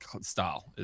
style